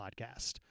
podcast